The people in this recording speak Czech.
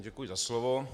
Děkuji za slovo.